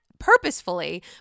Purposefully